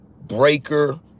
Breaker